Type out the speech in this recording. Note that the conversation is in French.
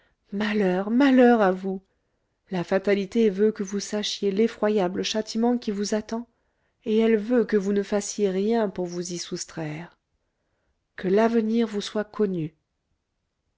malheur malheur à vous la fatalité veut que vous sachiez l'effroyable châtiment qui vous attend et elle veut que vous ne fassiez rien pour vous y soustraire que l'avenir vous soit connu